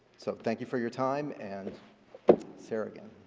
so thank you for your time and sara again.